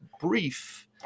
brief